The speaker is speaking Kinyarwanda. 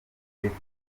kwicwa